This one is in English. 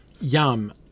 Yum